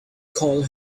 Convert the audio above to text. coil